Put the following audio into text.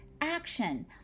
action